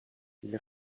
ils